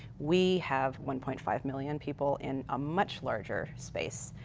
we have one point five million people in a much larger space.